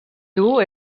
dur